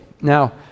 Now